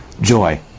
joy